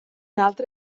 altre